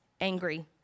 angry